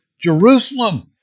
Jerusalem